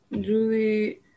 Julie